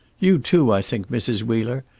you too, i think, mrs. wheeler.